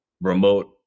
remote